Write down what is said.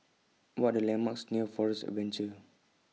What Are The landmarks near Forest Adventure